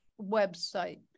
website